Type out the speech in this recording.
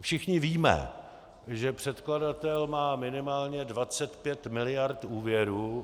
Všichni víme, že předkladatel má minimálně 25 miliard úvěrů u bank.